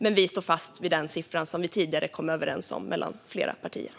Men vi står fast vid den siffra som vi tidigare kom överens om mellan flera partier.